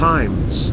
Times